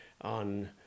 on